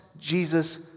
Jesus